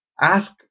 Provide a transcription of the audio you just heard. ask